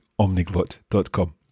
Omniglot.com